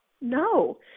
No